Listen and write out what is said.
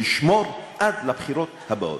לשמור עד לבחירות הבאות.